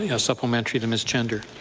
you know supplementary to ms. chender.